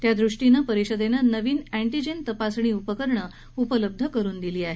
त्यादृष्टीनं परिषदेनं नवी एन्टीजेन तपासणी उपकरणं उपलब्ध करुन दिली आहेत